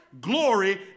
glory